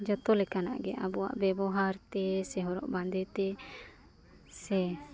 ᱡᱚᱛᱚ ᱠᱮᱠᱟᱱᱟᱜ ᱜᱮ ᱟᱵᱚᱣᱟᱜ ᱵᱮᱵᱚᱦᱟᱨ ᱛᱮ ᱥᱮ ᱦᱚᱨᱚᱜ ᱵᱟᱸᱫᱮᱛᱮ ᱥᱮ